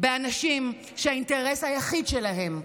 באנשים שהאינטרס היחיד שלהם,